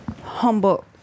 humble